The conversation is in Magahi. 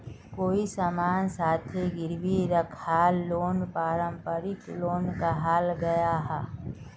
कोए सामानेर साथे गिरवी राखाल लोन पारंपरिक लोन कहाल गयाहा